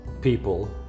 people